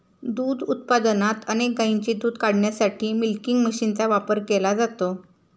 दूध उत्पादनात अनेक गायींचे दूध काढण्यासाठी मिल्किंग मशीनचा वापर केला जातो